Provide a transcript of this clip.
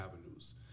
avenues